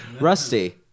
Rusty